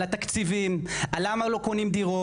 על התקציבים, על למה לא קונים דירות?